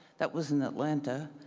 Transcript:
that was in atlanta,